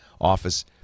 office